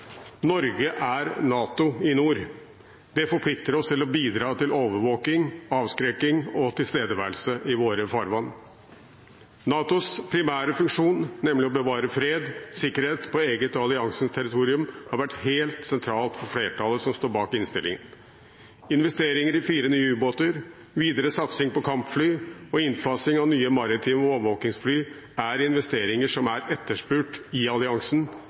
Norge er NATO i nord. Det forplikter oss til å bidra til overvåkning, avskrekking og tilstedeværelse i våre farvann. NATOs primære funksjon, nemlig å bevare fred og sikkerhet på eget og alliansens territorium, har vært helt sentralt for flertallet som står bak innstillingen. Investeringer i fire nye ubåter, videre satsing på kampfly og innfasing av nye maritime overvåkningsfly er investeringer som er etterspurt i alliansen,